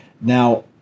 Now